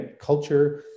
Culture